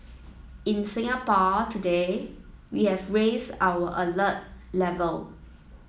in Singapore today we have raised our alert level